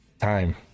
Time